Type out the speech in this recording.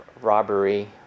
robbery